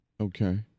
Okay